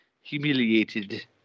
humiliated